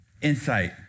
insight